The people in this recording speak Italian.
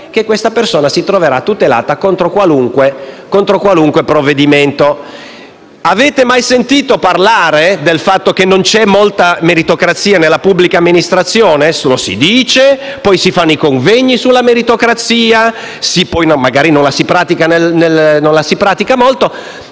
denuncia - per trovarsi tutelato contro qualunque provvedimento. Avete mai sentito parlare del fatto che non c'è molta meritocrazia nella pubblica amministrazione? Si dice, poi si fanno i convegni su questo tema e magari non la si pratica molto.